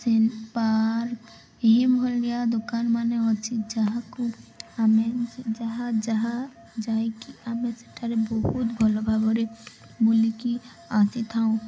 ସେ ପାର୍କ ଏହି ଭଳିଆ ଦୋକାନ ମାନେ ଅଛି ଯାହାକୁ ଆମେ ଯାହା ଯାହା ଯାଇକି ଆମେ ସେଠାରେ ବହୁତ ଭଲ ଭାବରେ ବୁଲିକି ଆସିଥାଉଁ